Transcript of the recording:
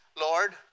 Lord